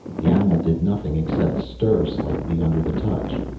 the animal did nothing except stir slightly under the touch.